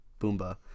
Boomba